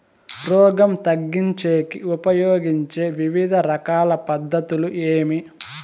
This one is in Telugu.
రోగం తగ్గించేకి ఉపయోగించే వివిధ రకాల పద్ధతులు ఏమి?